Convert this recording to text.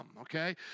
okay